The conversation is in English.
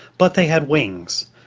but they had wings.